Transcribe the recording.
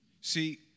See